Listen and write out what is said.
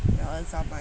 you want earn some money